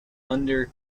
under